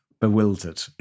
bewildered